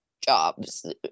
jobs